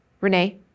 Renee